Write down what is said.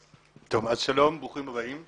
שלום, ברוכים הבאים.